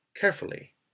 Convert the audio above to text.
carefully